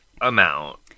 amount